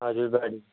हजुर बडी